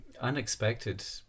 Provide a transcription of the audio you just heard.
Unexpected